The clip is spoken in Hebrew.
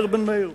מאיר בן-מאיר.